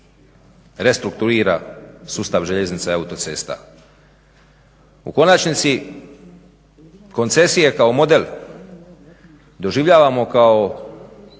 restrukturira sustav željeznica i autocesta. U konačnici koncesije kao model doživljavamo kao